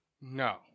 No